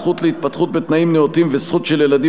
זכות להתפתחות בתנאים נאותים וזכות של ילדים